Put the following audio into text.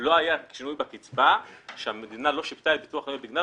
לא היה שינוי בקצבה שהמדינה לא שיפתה את ביטוח לאומי בגינו,